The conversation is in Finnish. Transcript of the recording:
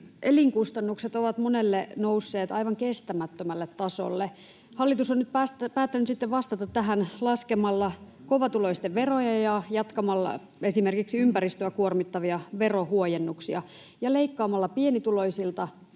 Elinkustannukset ovat monella nousseet aivan kestämättömälle tasolle. Hallitus on nyt päättänyt sitten vastata tähän laskemalla kovatuloisten veroja ja jatkamalla esimerkiksi ympäristöä kuormittavia verohuojennuksia ja leikkaamalla pienituloisilta